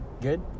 good